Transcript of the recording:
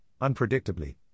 unpredictably